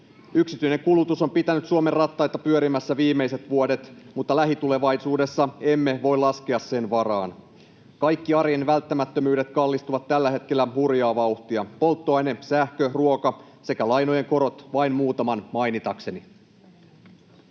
Yksityinen kulutus on pitänyt Suomen rattaita pyörimässä viimeiset vuodet, mutta lähitulevaisuudessa emme voi laskea sen varaan. Kaikki arjen välttämättömyydet kallistuvat tällä hetkellä hurjaa vauhtia — polttoaine, sähkö, ruoka sekä lainojen korot vain muutaman mainitakseni.